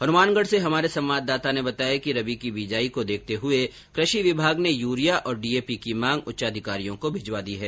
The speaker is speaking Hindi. हनुमानगढ़ से हमारे संवाददाता ने बताया कि रबी की बिजाई को देखते हुए कृषि विभाग ने यूरिया और डीएपी की मांग उच्चाधिकारियों को भिजवा दी है